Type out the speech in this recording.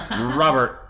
Robert